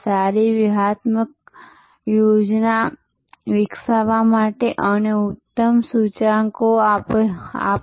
સારી વ્યૂહાત્મક યોજના વિકસાવવા માટે અમને ઉત્તમ સૂચકાંકો આપો